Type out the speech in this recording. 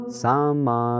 sama